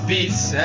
Beats